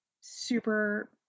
super